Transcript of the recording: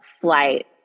flight